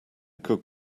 could